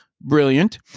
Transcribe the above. brilliant